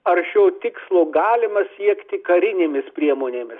ar šio tikslo galima siekti karinėmis priemonėmis